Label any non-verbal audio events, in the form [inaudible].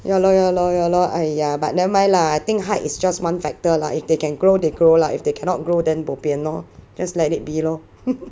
ya lor ya lor ya lor !aiya! but never mind lah I think height is just one factor lah if they can grow they grow lah if they cannot grow then bo pian lor just let it be lor [laughs]